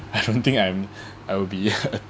I shouldn't think I'm I'll be